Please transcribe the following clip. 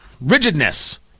rigidness